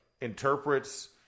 interprets